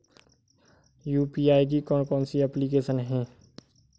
UPI की कौन कौन सी एप्लिकेशन हैं?